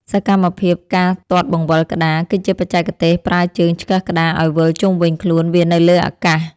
សកម្មភាពការទាត់បង្វិលក្ដារ គឺជាបច្ចេកទេសប្រើជើងឆ្កឹះក្ដារឱ្យវិលជុំវិញខ្លួនវានៅលើអាកាស។